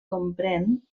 comprèn